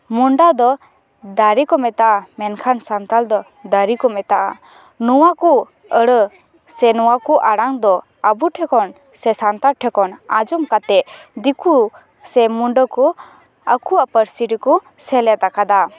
ᱢᱩᱱᱰᱟ ᱫᱚ ᱫᱟᱨᱮ ᱠᱚ ᱢᱮᱛᱟᱜᱼᱟ ᱢᱮᱱᱠᱷᱟᱱ ᱥᱟᱱᱛᱟᱲ ᱫᱚ ᱫᱟᱨᱤ ᱠᱚ ᱢᱮᱛᱟᱜᱼᱟ ᱱᱚᱣᱟ ᱠᱚ ᱟᱹᱲᱟᱹ ᱥᱮ ᱱᱚᱣᱟ ᱠᱚ ᱟᱲᱟᱝ ᱫᱚ ᱟᱵᱚᱴᱷᱮᱱ ᱠᱷᱚᱱ ᱥᱮ ᱥᱟᱱᱛᱟᱲ ᱴᱷᱮᱱ ᱠᱷᱚᱱ ᱟᱸᱡᱚᱢ ᱠᱟᱛᱮᱫ ᱫᱤᱠᱩ ᱥᱮ ᱢᱩᱱᱰᱟᱹ ᱠᱚ ᱟᱠᱚᱣᱟᱜ ᱯᱟᱹᱨᱥᱤ ᱨᱮᱠᱚ ᱥᱮᱞᱮᱫ ᱟᱠᱟᱫᱟ